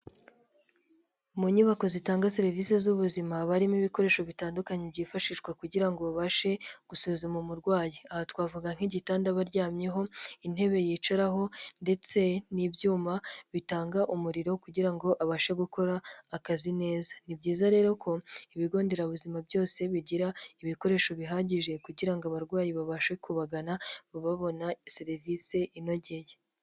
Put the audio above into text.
Mu inyubako zitanga serivisi z'ubuzima haba barimo ibikoresho bitandukanye byifashishwa kugira ngo babashe gusuzuma umurwayi. Aha twavuga nk'igitanda baryamyeho, intebe yicaraho ndetse n'ibyuma bitanga umuriro kugira ngo abashe gukora akazi neza. Ni byiza rero ko ibigo nderabuzima byose bigira ibikoresho bihagije kugira ngo abarwayi babashe kubagana babona serivisi inogeye.